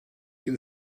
can